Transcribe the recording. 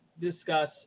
discuss